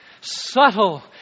subtle